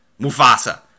Mufasa